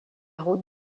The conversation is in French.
route